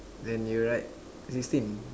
then you write sixteen